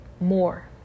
More